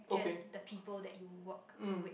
just the people that you work with